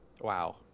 Wow